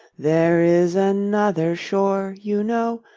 there is another shore, you know,